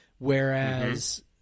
Whereas